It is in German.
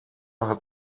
hat